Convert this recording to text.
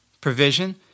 provision